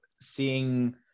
seeing